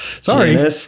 Sorry